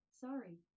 Sorry